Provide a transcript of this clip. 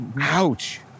Ouch